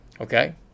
Okay